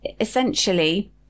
essentially